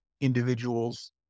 individuals